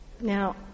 Now